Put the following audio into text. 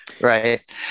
right